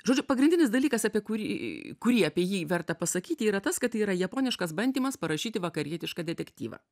žodžiu pagrindinis dalykas apie kurį kurį apie jį verta pasakyti yra tas kad tai yra japoniškas bandymas parašyti vakarietišką detektyvą